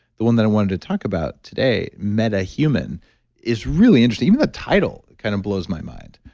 the one that i wanted to talk about today, metahuman, is really interesting. even the title kind of blows my mind.